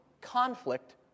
conflict